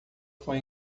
foi